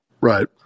Right